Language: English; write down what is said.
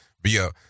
via